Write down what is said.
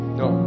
no